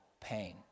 pain